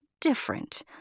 different